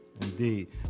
Indeed